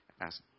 Ask